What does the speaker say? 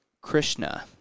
Krishna